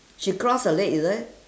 she cross her leg is it